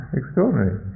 extraordinary